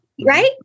Right